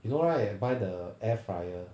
you know right buy the air fryer